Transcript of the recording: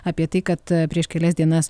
apie tai kad prieš kelias dienas